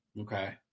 Okay